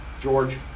George